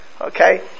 Okay